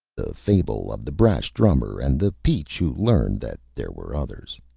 fable of the brash drummer and the peach who learned that there were others